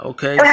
Okay